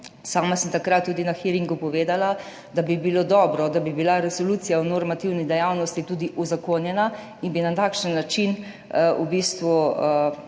Sama sem takrat tudi na hearingu povedala, da bi bilo dobro, da bi bila Resolucija o normativni dejavnosti tudi uzakonjena in bi na takšen način v bistvu,